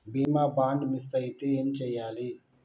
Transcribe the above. బీమా bond miss అయితే ఏం చేయాలి?